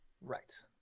right